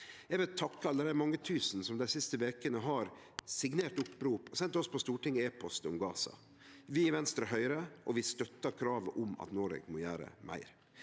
Eg vil takke alle dei mange tusen som dei siste vekene har signert opprop og sendt oss på Stortinget e-post om Gaza. Vi i Venstre høyrer, og vi støttar kravet om at Noreg må gjere meir.